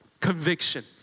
conviction